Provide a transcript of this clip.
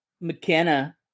McKenna